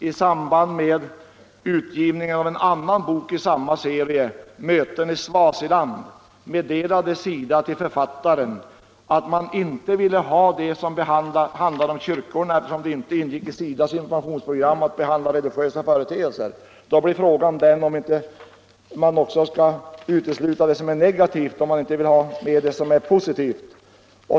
I samband med utgivningen av en annan bok i samma serie, Möten i Swaziland, meddelade SIDA författaren att man inte ville ha det avsnitt som handlade om kyrkorna, eftersom det inte ingick i SIDA:s informationsprogram att behandla religiösa företeelser. Då blir frågan: Skall man inte utesluta också det som är negativt om man inte vill ha med det som är positivt?